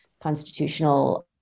constitutional